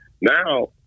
now